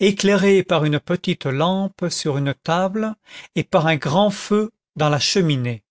éclairée par une petite lampe sur une table et par un grand feu dans la cheminée